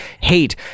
hate